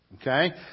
Okay